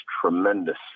tremendous